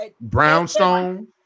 brownstone